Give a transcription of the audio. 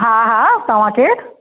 हा हा तव्हां केरु